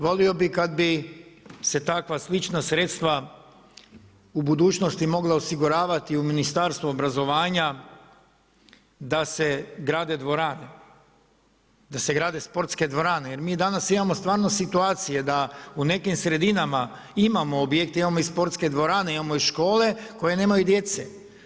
Volio bih kada bi se takva slična sredstva u budućnosti mogla osiguravati u Ministarstvu obrazovanja da se grade sportske dvorane jer mi danas imamo stvarno situacije da u nekim sredinama imamo objekte, imamo i sportske dvorane, imamo i škole koje nemaju djece.